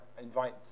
invite